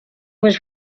was